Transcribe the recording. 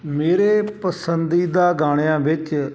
ਮੇਰੇ ਪਸੰਦੀਦਾ ਗਾਣਿਆਂ ਵਿੱਚ